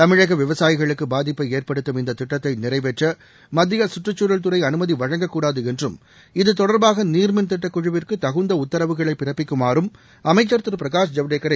தமிழக விவசாயிகளுக்கு பாதிப்பை ஏற்படுத்தும் இந்த திட்டத்தை நிறைவேற்ற மத்திய கற்றுக்சூழல் துறை அனுமதி வழங்கக்கூடாது என்றும் இது தொடர்பாக நீர்மின் திட்டக் குழுவிற்கு தகுந்த உத்தரவுகளை பிறப்பிக்குமாறும் அமைச்சர் திரு பிரகாஷ் ஜவடேக்கரை